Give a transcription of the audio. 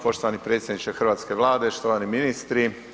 Poštovani predsjedniče hrvatske Vlade, štovani ministri.